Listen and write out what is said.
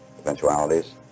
eventualities